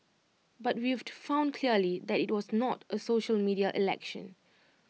but we've to found clearly that IT was not A social media election